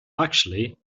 actually